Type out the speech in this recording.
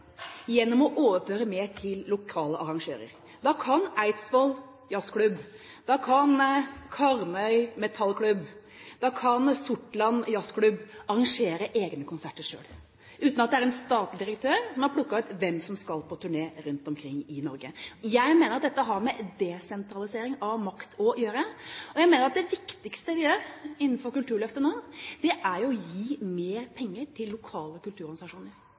å overføre mer til lokale arrangører. Da kan Eidsvoll jazzklubb, da kan Karmøy Metal, da kan Sortland jazzklubb arrangere egne konserter selv, uten at det er en statlig direktør som har plukket ut hvem som skal på turné rundt omkring i Norge. Jeg mener at dette har med desentralisering av makt å gjøre. Jeg mener at det viktigste vi gjør innen Kulturløftet nå, er å gi mer penger til lokale kulturorganisasjoner,